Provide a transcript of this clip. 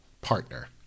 partner